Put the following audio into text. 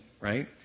right